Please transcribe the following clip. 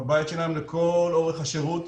הבית שלהם לכל אורך השירות,